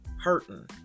hurting